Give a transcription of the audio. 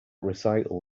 recital